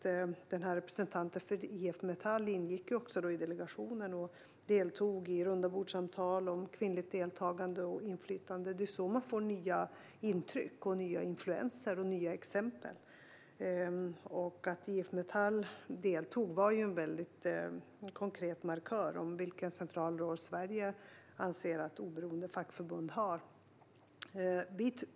Representanten för IF Metall ingick som sagt i delegationen och deltog i rundabordssamtal om kvinnligt deltagande och inflytande. Det är så man får nya intryck, influenser och exempel. Att IF Metall deltog var en konkret markör för vilken central roll Sverige anser att oberoende fackförbund har.